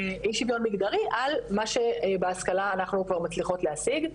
מגדרי על מה שבהשכלה אנחנו כבר מצליחות להשיג.